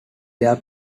their